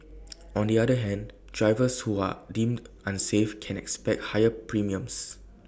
on the other hand drivers who are deemed unsafe can expect higher premiums